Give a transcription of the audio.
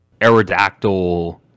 Aerodactyl